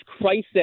crisis